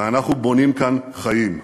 ואנחנו בונים כאן חיים.